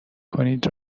کنید